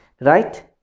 Right